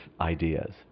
ideas